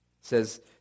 says